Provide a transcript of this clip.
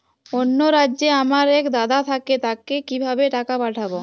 অন্য রাজ্যে আমার এক দাদা থাকে তাকে কিভাবে টাকা পাঠাবো?